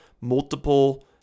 multiple